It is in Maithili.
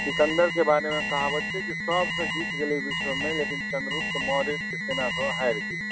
सिकन्दरके बारेमे कहावत छै जे सभसँ जीत गेलै विश्वमे लेकिन चन्द्रगुप्त मौर्यके सेनासँ ओ हारि गेलै